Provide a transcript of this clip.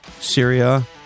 Syria